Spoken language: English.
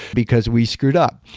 because we screwed up.